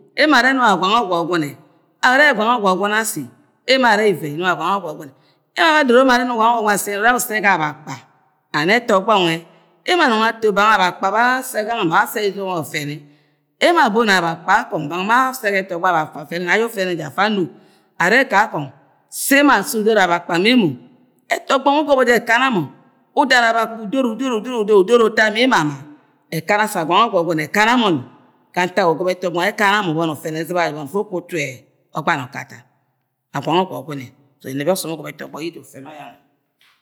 Omo are no wa guuenge ogwogume aye ure gwange ogwojure asi eno are uueri no wa gwange oguojue asi enuo aure lore. aye use, abakpa and eto ogb nue ewo aboni ato bange abakpa ba ase gange nuee, ma ba ase ga idong afene emo aboni abakapa akung bong be ase ga eto ogbo abakpa afene ne aye ufane je afa amo, se emo asu udono abakpa ma emmo eto ogbo nue ugobu ekana mo uda ni ebakpa udono udoro udoro. Udoro uta ma emo ama ekara asa ue oguo pure ekana moui ga ntak ugo bo eto ogbe nwe wa nye ekanna mo uboni ufene eltba ayoro ufu ukwu utu-e-e, Ojbom okata ua gwang ogwogume so, eneb ye osom ugobo eto yida uke ma yeeange.